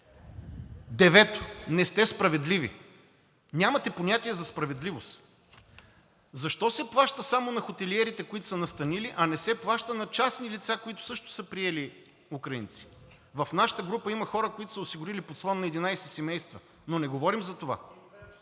Девето, не сте справедливи. Нямате понятие за справедливост. Защо се плаща само на хотелиерите, които са настанили, а не се плаща на частни лица, които също са приели украинци? В нашата група има хора, които са осигурили подслон на 11 семейства. Но не говорим за това.